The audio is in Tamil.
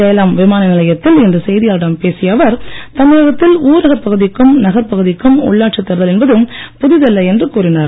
சேலம் விமான நிலையத்தில் இன்று செய்தியாளர்களிடம் பேசிய அவர் தமிழகத்தில் ஊரக பகுதிக்கும் நகர் பகுதிக்கும் உள்ளாட்சி தேர்தல் என்பது புதிதல்ல என்று கூறினார்